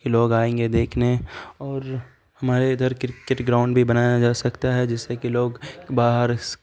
کہ لوگ آئیں گے دیکھنے اور ہمارے ادھر کرکٹ گراؤنڈ بھی بنایا جا سکتا ہے جس سے کہ لوگ باہر